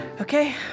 Okay